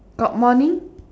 got morning